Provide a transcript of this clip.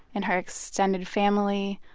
in her extended family.